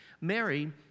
Mary